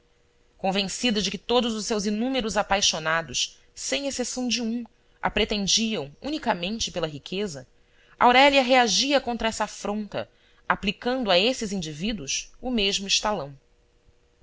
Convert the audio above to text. convencida de que todos os seus inúmeros apaixonados sem exceção de um a pretendiam unicamente pela riqueza aurélia reagia contra essa afronta aplicando a esses indivíduos o mesmo